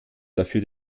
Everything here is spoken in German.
dafür